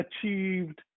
achieved